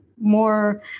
more